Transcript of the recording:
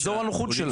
אזור הנוחות שלהם.